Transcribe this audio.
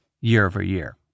year-over-year